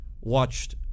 watched